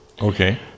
Okay